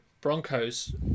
Broncos